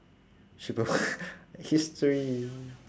shippable history